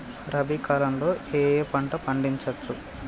రబీ కాలంలో ఏ ఏ పంట పండించచ్చు?